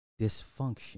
dysfunction